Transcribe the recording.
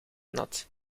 nat